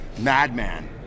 madman